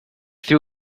threw